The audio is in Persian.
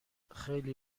خیلی